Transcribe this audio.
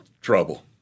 trouble